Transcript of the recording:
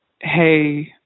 Hey